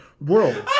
world